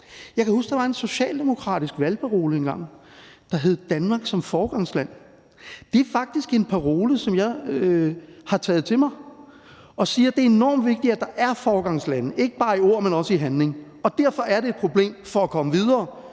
Jeg kan huske, at der var en socialdemokratisk valgparole engang, der hed: Danmark som foregangsland. Det er faktisk en parole, som jeg har taget til mig, når jeg siger, at det er enormt vigtigt, at der er foregangslande, ikke bare i ord, men også i handling. Derfor er det et problem i forhold til at komme videre,